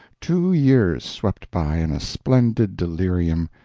two years swept by in a splendid delirium,